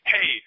Hey